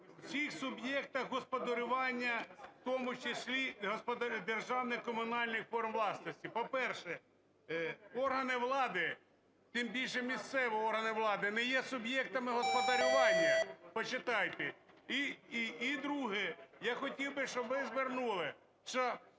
у всіх суб'єктах господарювання, в тому числі державних і комунальних форм власності. По-перше, органи влади, тим більше місцеві органи влади, не є суб'єктами господарювання, почитайте. І друге. Я хотів би, щоб ви звернули, що,